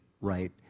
right